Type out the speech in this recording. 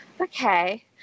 okay